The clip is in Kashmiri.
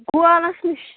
نِش